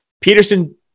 Peterson